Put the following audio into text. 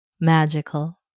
Magical